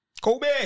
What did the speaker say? Kobe